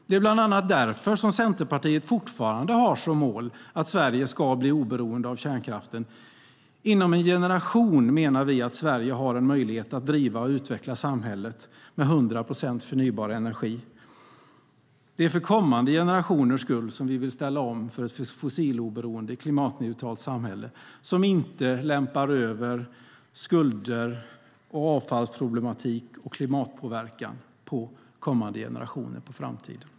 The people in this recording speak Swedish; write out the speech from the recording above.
Det är bland annat därför som Centerpartiet fortfarande har som mål att Sverige ska bli oberoende av kärnkraften. Inom en generation menar vi att Sverige har en möjlighet att driva och utveckla samhället med 100 procent förnybar energi. Det är för kommande generationers skull som vi vill ställa om till ett fossiloberoende, klimatneutralt samhälle som inte lämpar över skulder, avfallsproblematik och klimatpåverkan på kommande generationer, på framtiden.